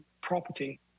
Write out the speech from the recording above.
property